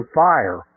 fire